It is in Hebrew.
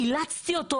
משותפת,